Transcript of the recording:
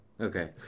Okay